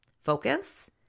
focus